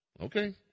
Okay